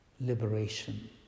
liberation